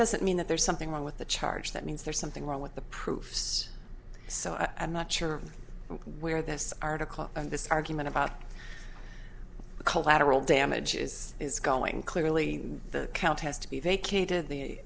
doesn't mean that there's something wrong with the charge that means there's something wrong with the proofs so i am not sure where this article in this argument about the collateral damages is going clearly the count has to be vacated the